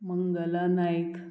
Mangala Naik